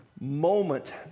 moment